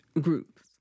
groups